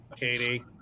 Katie